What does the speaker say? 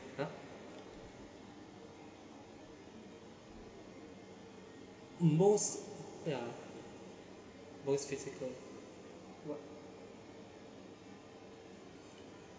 !huh! most ya most physical